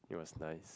it was nice